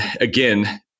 again